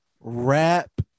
wrap